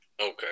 Okay